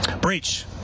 Breach